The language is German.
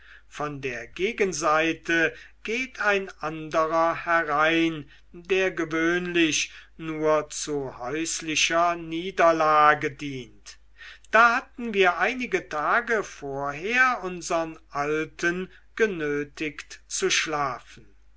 von der gegenseite geht ein anderer herein der gewöhnlich nur zu häuslicher niederlage dient da hatten wir einige tage vorher unsern alten genötigt zu schlafen